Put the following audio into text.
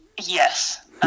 yes